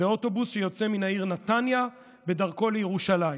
באוטובוס שיוצא מן העיר נתניה בדרכו לירושלים,